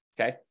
okay